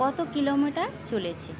কত কিলোমিটার চলেছে